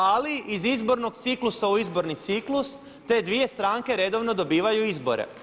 Ali iz izbornog ciklusa u izborni ciklus te dvije stranke redovno dobivaju izbore.